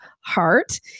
heart